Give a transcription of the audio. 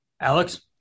Alex